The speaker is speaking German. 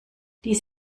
dies